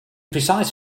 precise